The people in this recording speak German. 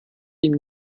ihm